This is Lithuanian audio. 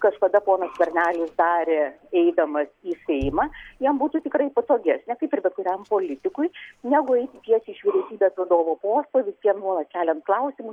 kažkada ponas skvernelis darė eidamas į seimą jam būtų tikrai patogesnė kaip ir bet kuriam politikui negu eiti tiesiai iš vyriausybės vadovo posto visiem nuolat keliant klausimus